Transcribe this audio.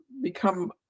become